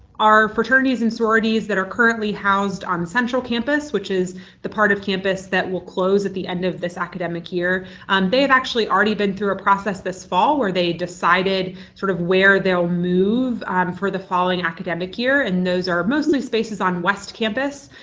our fraternities and sororities that are currently housed on central campus, which is the part of campus that will close at the end of this academic year they've actually already been through a process this fall where they decided sort of where they'll move for the following academic year. and those are mostly spaces on west campus,